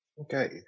Okay